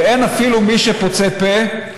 ואין אפילו מי שפוצה פה,